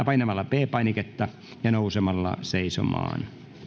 painamalla p painiketta ja nousemalla seisomaan